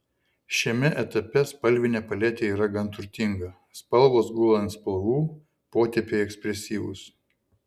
šiame etape spalvinė paletė yra gan turtinga spalvos gula ant spalvų potėpiai ekspresyvūs